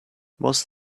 most